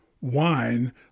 wine